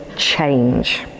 change